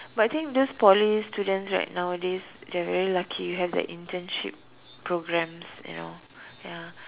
but I think this Poly students right nowadays they are very lucky they have their internship programs you know ya